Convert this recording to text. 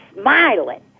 smiling